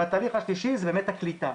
והתהליך השלישי זה באמת הקליטה.